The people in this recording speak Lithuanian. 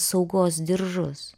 saugos diržus